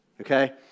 Okay